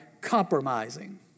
compromising